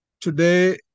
Today